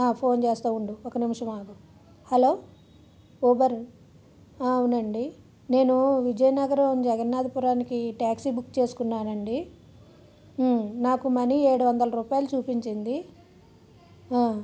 phone చేస్తా ఉండు ఒక నిమిషం ఆగు హలో ఊబర్ అవునండి నేను విజయనగరం జగన్నాధపురానికి ట్యాక్సీ బుక్ చేసుకున్నానండి నాకు మనీ ఏడు వందల రూపాయలు చూపించింది